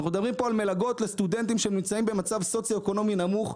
אנחנו מדברים פה על מלגות לסטודנטים שנמצאים במצב סוציואקונומי נמוך.